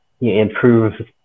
improve